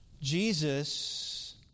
Jesus